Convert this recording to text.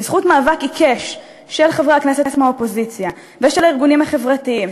בזכות מאבק עיקש של חברי הכנסת מהאופוזיציה ושל הארגונים החברתיים,